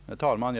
Herr talman!